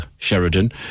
Sheridan